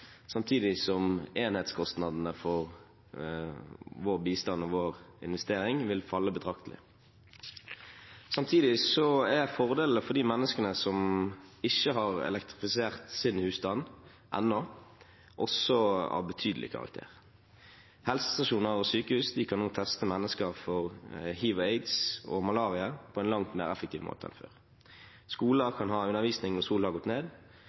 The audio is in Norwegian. samtidig som enhetskostnadene for vår bistand og vår investering vil falle betraktelig. Samtidig er fordelene for de menneskene som ikke har elektrifisert sin husstand ennå, også av betydelig karakter. Helsestasjoner og sykehus kan nå teste mennesker for hiv/aids og malaria på en langt mer effektiv måte enn før. Skoler kan ha undervisning når solen har gått ned.